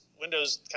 Windows